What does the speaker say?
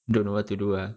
don't know what to do ah